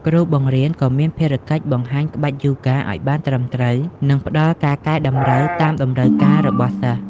គ្រូបង្រៀនក៏មានភារកិច្ច បង្ហាញក្បាច់យូហ្គាឱ្យបានត្រឹមត្រូវ និងផ្តល់ការកែតម្រូវតាមតម្រូវការរបស់សិស្ស។